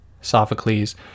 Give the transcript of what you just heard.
Sophocles